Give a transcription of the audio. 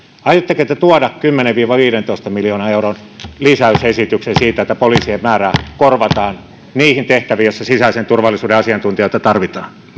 aiotteko te tuoda kymmenen viiva viidentoista miljoonan euron lisäysesityksen jolla poliisien määrää korvataan niihin tehtäviin joissa sisäisen turvallisuuden asiantuntijoita tarvitaan